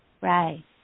Right